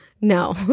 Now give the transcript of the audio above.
no